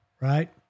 right